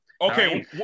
Okay